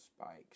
spikes